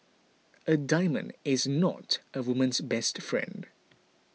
a diamond is not a woman's best friend